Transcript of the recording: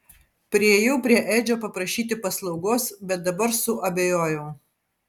priėjau prie edžio paprašyti paslaugos bet dabar suabejojau